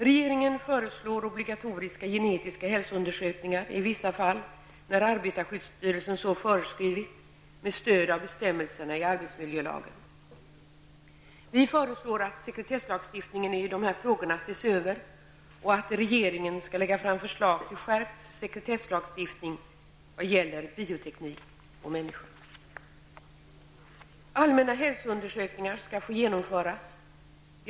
Regeringen föreslår obligatoriska genetiska hälsoundersökningar i vissa fall när arbetarskyddsstyrelsen så föreskrivit med stöd av bestämmelserna i arbetsmiljölagen. Vi föreslår att sekretesslagstiftningen i dessa frågor ses över och att regeringen skall lägga fram förslag till skärpt sekretesslagstiftning vad gäller bioteknik på människor. Allmänna hälsoundersökningar skall få genomföras. Utvecklingen går snabbt.